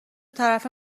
طرف